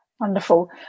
wonderful